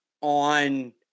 on